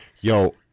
Yo